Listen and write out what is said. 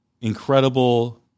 incredible